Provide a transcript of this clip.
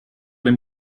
dem